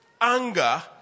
anger